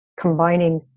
combining